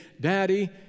Daddy